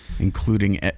Including